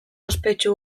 ospetsu